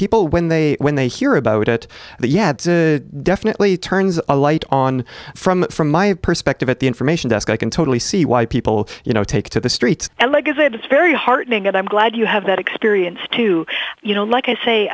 people when they when they hear about it but yeah but definitely turns a light on from from my perspective at the information desk i can totally see why people you know take to the streets and legacy and it's very heartening and i'm glad you have that experience too you know like i say